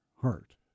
heart